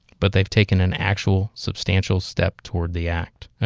but they've taken an actual, substantial step toward the act,